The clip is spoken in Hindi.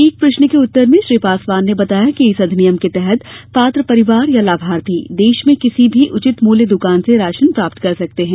एक प्रश्न के उत्तर में श्री पासवान ने बताया कि इस अधिनियम के तहत पात्र परिवार या लाभार्थी देश में किसी भी उचित मूल्य दुकान से राशन प्राप्त कर सकते हैं